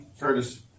Curtis